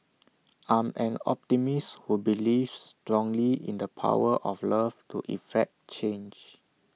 I'm an optimist who believes strongly in the power of love to effect change